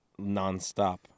nonstop